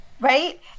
right